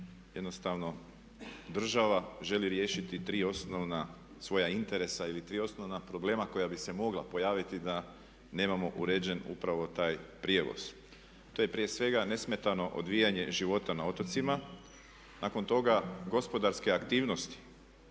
jednostavno država želi riješiti tri osnovna svoja interesa ili tri osnovna problema koja bi se mogla pojaviti da nemamo uređen upravo taj prijevoz. To je prije svega nesmetano odvijanje života na otocima, nakon toga gospodarske aktivnosti